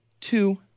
two